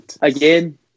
Again